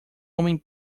homem